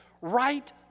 right